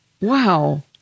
Wow